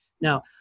Now